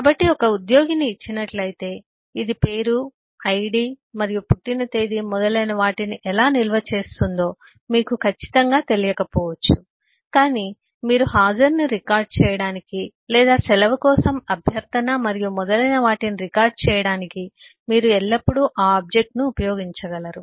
కాబట్టి ఒక ఉద్యోగిని ఇచ్చినట్లయితే ఇది పేరు ఐడి మరియు పుట్టిన తేదీ మొదలైన వాటిని ఎలా నిల్వ చేస్తుందో మీకు ఖచ్చితంగా తెలియకపోవచ్చు కాని మీరు హాజరును రికార్డ్ చేయడానికి లేదా సెలవు కోసం అభ్యర్థన మరియు మొదలైన వాటిని రికార్డ్ చేయడానికి మీరు ఎల్లప్పుడూ ఆ ఆబ్జెక్ట్ ను ఉపయోగించగలరు